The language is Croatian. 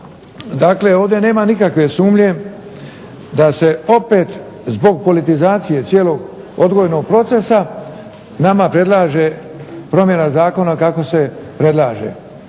Dakle, ovdje nema nikakve sumnje da se opet zbog politizacije cijelog odgojnog procesa nama predlaže promjena zakona kako se predlaže.